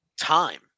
time